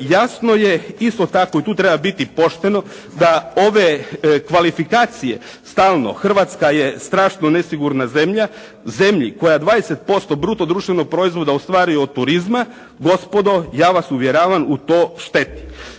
Jasno je isto tako i tu treba biti pošteno da ove kvalifikacije stalno, Hrvatska je strašno nesigurna zemlja, zemlji koja 20% bruto društvenog proizvoda ostvaruje od turizma, gospodo ja vas uvjeravam u to šteti.